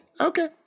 Okay